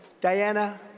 Diana